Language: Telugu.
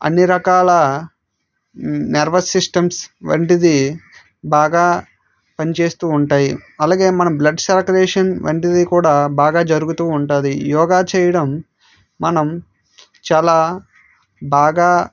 అన్నీ రకాల నర్వస్ సిస్టమ్స్ వంటిది బాగా పని చేస్తు ఉంటాయి అలాగే మన బ్లడ్ సర్కులేషన్ వంటిది కూడా బాగా జరుగుతు ఉంటుంది ఈ యోగా చేయడం మనం చాలా బాగా